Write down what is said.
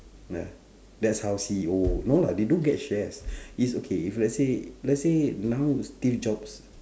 ya that's how C_E_O no lah they don't get shares is okay let's say let's say now steve-jobs